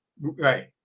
right